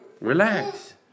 Relax